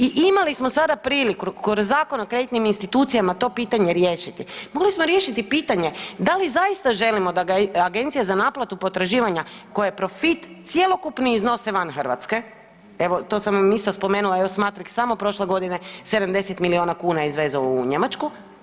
I imali smo sada priliku kroz Zakon o kreditnim institucijama to pitanje riješiti, mogli smo riješiti pitanje, dali zaista želimo da agencija za naplatu potraživanja koja je profit cjelokupni iznose van Hrvatske evo to sam vas isto spomenula EOS Matrix samo prošle godine 70 milijuna kuna je izvezao u Njemačku.